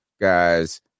guys